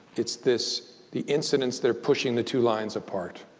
it's this the incidents that are pushing the two lines apart.